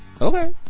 Okay